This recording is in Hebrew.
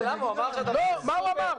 הנה, הוא אמר עכשיו --- מה הוא אמר?